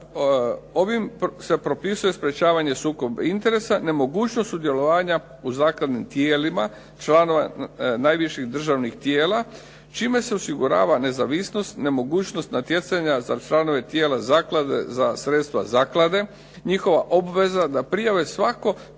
ovim se propisuje sprečavanje sukoba interesa, nemogućnost sudjelovanja u zakladnim tijelima najviših državnih tijela, čime se osigurava nezavisnost, nemogućnost natjecanja za članove tijela zaklade za sredstva zaklade, njihova obveza da prijave svako postojanje